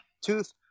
tooth